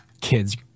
kids